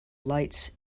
lights